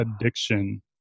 addiction